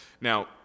Now